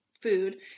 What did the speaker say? food